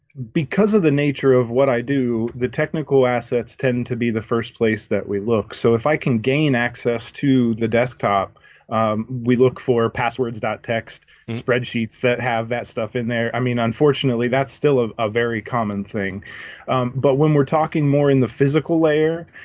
because of the nature of what i do the technical assets tend to be the first place that we look so if i can gain access to the desktop we look for passwords texts spreadsheets that have that stuff in there. i mean, unfortunately that's still a ah very common thing but when we're talking more in the physical layer